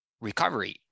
recovery